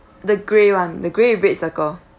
the grey [one] the grey red circle